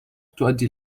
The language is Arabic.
تؤدي